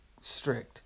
strict